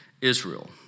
Israel